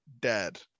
dead